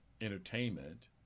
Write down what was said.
entertainment